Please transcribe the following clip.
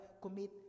commit